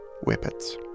whippets